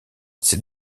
ces